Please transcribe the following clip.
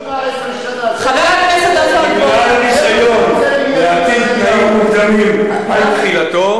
זה שוב לטחון מים עוד 18 שנה,